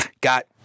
got